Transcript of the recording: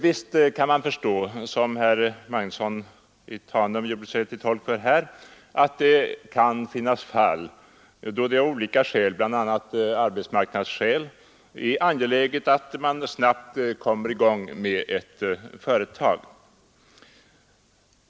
Visst kan man förstå — som herr Magnusson i Tanum framhöll — att det kan finnas fall där det av olika skäl, bl.a. arbetsmarknadsskäl, är angeläget att verksamheten vid ett företag snabbt kommer i gång.